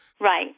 Right